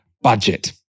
budget